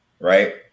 right